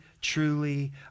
Truly